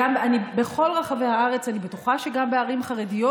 בכל רחבי הארץ, אני בטוחה שגם בערים חרדיות.